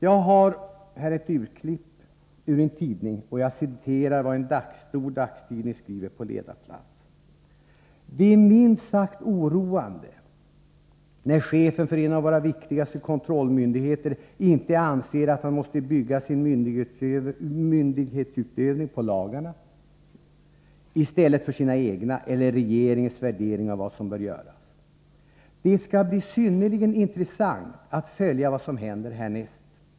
Jag har här ett urklipp ur en stor dagstidning, som säger följande på ledarplats: ”Det är minst sagt oroande när chefen för en av våra viktigaste kontrollmyndigheter inte anser att han måste bygga sin myndighetsutövning på lagarna i stället för sina egna, eller regeringens, värderingar av vad som bör göras. Det skall bli synnerligen intressant att följa vad som händer härnäst.